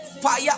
fire